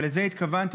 ולזה התכוונתי,